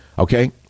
Okay